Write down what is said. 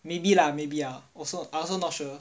maybe lah maybe ah also I also not sure